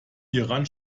hieran